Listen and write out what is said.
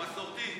אני מסורתי.